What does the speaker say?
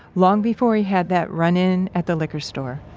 long before he had that run-in at the liquor store